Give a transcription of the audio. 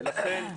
ולכן,